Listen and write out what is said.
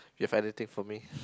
you have anything for me